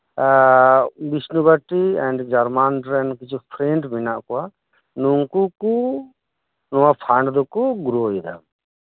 Bishnubati and ᱡᱟᱨᱢᱟᱱ ᱨᱮᱱ ᱠᱤᱪᱷᱩ ᱯᱨᱮᱱᱰ ᱢᱮᱱᱟᱜ ᱠᱚᱣᱟ ᱱᱩᱠᱩ ᱠᱩ ᱱᱚᱣᱟ ᱯᱷᱟᱱᱰ ᱫᱚᱠᱩ ᱜᱨᱚᱭᱮᱫᱟ